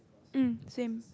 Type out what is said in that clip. mm same